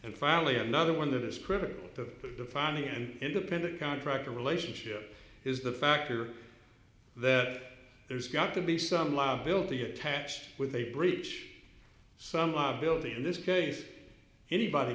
and finally another one that is critical to defining an independent contractor relationship is the factor that there's got to be some liability attached with a breach some liability in this case anybody